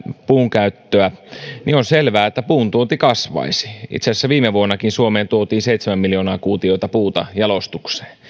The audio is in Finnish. puunkäyttöä nykyisestä niin on selvää että puun tuonti kasvaisi itse asiassa viime vuonnakin suomeen tuotiin seitsemän miljoonaa kuutiota puuta jalostukseen